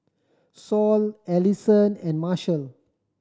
Sol Ellison and Marshal